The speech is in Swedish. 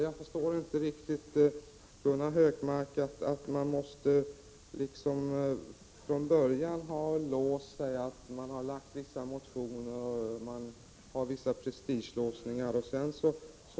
Jag förstår inte riktigt, Gunnar Hökmark, varför man måste låsa sig från början, varför man efter att ha väckt vissa motioner måste låsa sig fast av prestigeskäl.